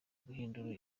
guhindura